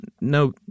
no